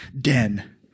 den